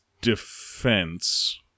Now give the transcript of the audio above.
defense